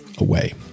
away